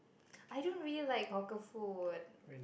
I don't really like hawker food